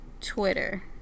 Twitter